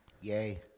yay